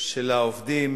של עובדים,